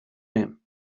him